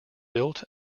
built